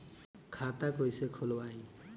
खाता कईसे खोलबाइ?